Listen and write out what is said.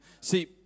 See